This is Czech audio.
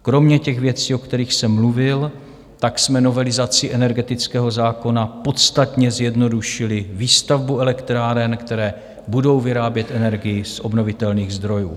Kromě těch věcí, o kterých jsem mluvil, tak jsme novelizací energetického zákona podstatně zjednodušili výstavbu elektráren, které budou vyrábět energii z obnovitelných zdrojů.